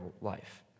life